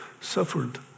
suffered